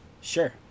Sure